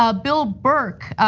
ah bill burck,